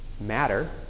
matter